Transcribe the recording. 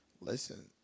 Listen